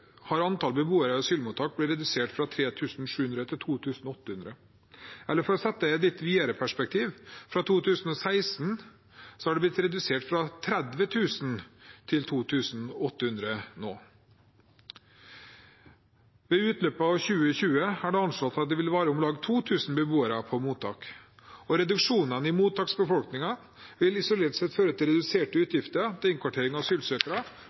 har antall beboere i asylmottak blitt redusert fra 3 700 til 2 800. Eller for å sette det i et litt videre perspektiv: Fra 2016 har det blitt redusert fra 30 000 til 2 800 nå. Ved utløpet av 2020 er det anslått at det vil være om lag 2 000 beboere på mottak. Reduksjonene i mottaksbefolkningen vil isolert sett føre til reduserte utgifter til innkvartering av asylsøkere,